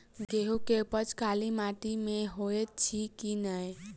गेंहूँ केँ उपज काली माटि मे हएत अछि की नै?